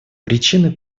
причины